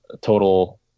total